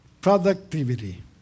Productivity